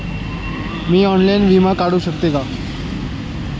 मी online विमा काढू शकते का?